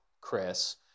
Chris